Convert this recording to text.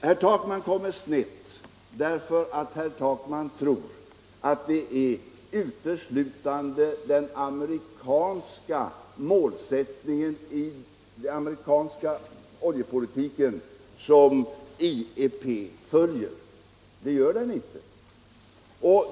Herr Takman kommer snett därför att han tror att det uteslutande är den amerikanska oljepolitiken IEP följer. Så är det inte.